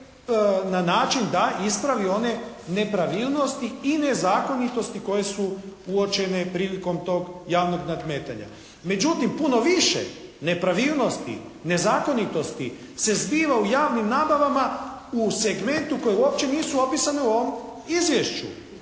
na način da ispravi one nepravilnosti i nezakonitosti koje su uočene prilikom tog javnog nadmetanja. Međutim puno više nepravilnosti, nezakonitosti se zbiva u javnim nabavama u segmentu koji uopće nisu opisani u ovom izvješću.